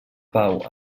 pau